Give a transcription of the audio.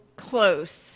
close